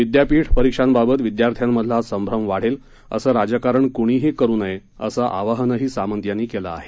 विद्यापीठ परीक्षांबाबत विद्यार्थ्यांमधला संभ्रम वाढेल असं राजकारण क्णीही करु नये असं आवाहनही सामंत यांनी केलं आहे